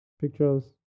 pictures